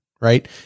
right